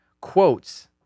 quotes